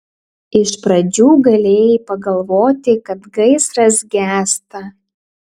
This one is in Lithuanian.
iš pradžių galėjai pagalvoti kad gaisras gęsta